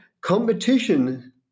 competition